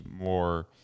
more